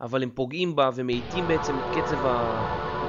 אבל הם פוגעים בה, ומאטים בעצם את קצב ה...